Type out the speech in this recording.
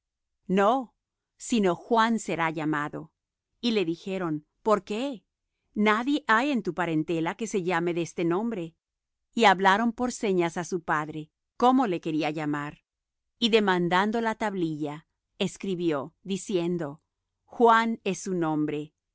no sino juan será llamado y le dijeron por qué nadie hay en tu parentela que se llame de este nombre y hablaron por señas á su padre cómo le quería llamar y demandando la tablilla escribió diciendo juan es su nombre